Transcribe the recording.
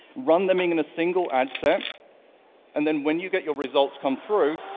run them in a single ad set and then when you get your results come through,